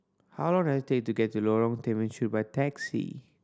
how long does it take to get to Lorong Temechut by taxi